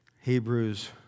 Hebrews